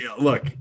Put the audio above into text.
look